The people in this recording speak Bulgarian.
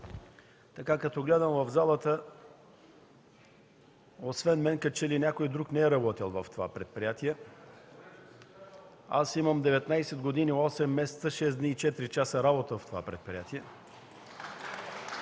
като гледам в залата, освен мен като че ли друг не е работил в това предприятие. Аз имам 19 год. 8 месеца 6 дни и 4 часа работа в това предприятие. (Оживление